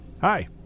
Hi